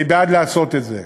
אני בעד לעשות את זה.